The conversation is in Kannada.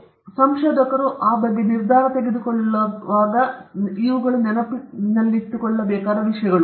ಆದ್ದರಿಂದ ಸಂಶೋಧಕರು ಅದರ ಬಗ್ಗೆ ನಿರ್ಧಾರ ತೆಗೆದುಕೊಳ್ಳುವಾಗ ಅವುಗಳು ನೆನಪಿನಲ್ಲಿಟ್ಟುಕೊಳ್ಳಬೇಕಾದ ವಿಷಯಗಳು